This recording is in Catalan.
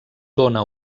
dóna